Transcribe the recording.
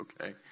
okay